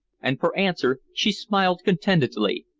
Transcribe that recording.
and for answer she smiled contentedly,